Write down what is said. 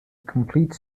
complete